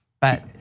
but-